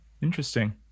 Interesting